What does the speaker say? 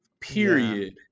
period